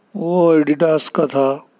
وہ ایڈیڈاز کا تھا